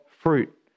fruit